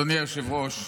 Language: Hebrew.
אדוני היושב-ראש,